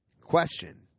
Question